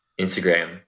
Instagram